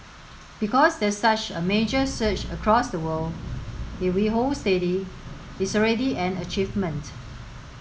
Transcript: because there's such a major surge across the world if we hold steady it's already an achievement